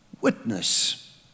witness